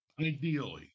ideally